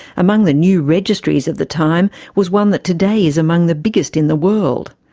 among the new registries at the time was one that today is among the biggest in the world.